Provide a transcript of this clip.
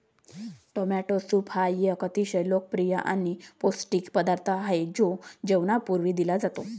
tomato soup हा एक अतिशय लोकप्रिय आणि पौष्टिक पदार्थ आहे जो जेवणापूर्वी दिला जातो